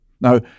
Now